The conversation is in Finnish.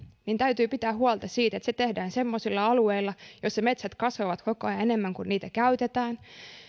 niin täytyy pitää huolta siitä että se tehdään semmoisilla alueilla joissa metsät kasvavat koko ajan enemmän kuin niitä käytetään